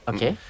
Okay